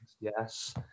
Yes